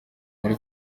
muri